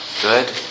Good